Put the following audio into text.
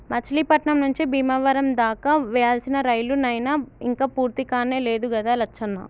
మచిలీపట్నం నుంచి బీమవరం దాకా వేయాల్సిన రైలు నైన ఇంక పూర్తికానే లేదు గదా లచ్చన్న